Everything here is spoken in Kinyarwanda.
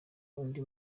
undi